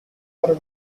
are